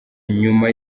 nyuma